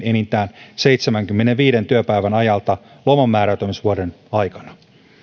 enintään seitsemänkymmenenviiden työpäivän ajalta lomanmääräytymisvuoden aikana